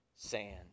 sand